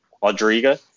Quadriga